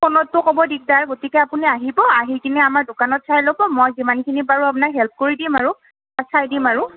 ফোনততো ক'ব দিগদাৰ গতিকে আপুনি আহিব আহি কিনে আমাৰ দোকানত চাই ল'ব মই যিমানখিনি পাৰোঁ আপোনাক হেল্প কৰি দিম আৰু চাই দিম আৰু